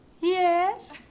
Yes